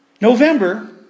November